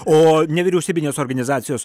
o nevyriausybinės organizacijos